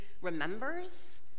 remembers